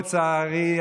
לצערי,